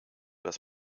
das